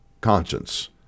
conscience